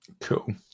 Cool